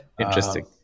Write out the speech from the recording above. interesting